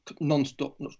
non-stop